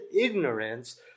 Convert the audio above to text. ignorance